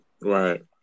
right